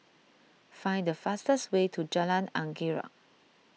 find the fastest way to Jalan Anggerek